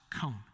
cone